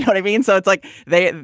but i mean, so it's like they.